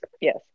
Yes